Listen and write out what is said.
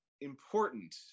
important